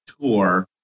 tour